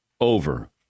Over